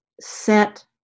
set